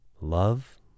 Love